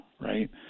right